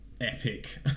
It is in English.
epic